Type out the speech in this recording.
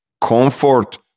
comfort